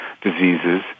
diseases